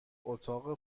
اتاق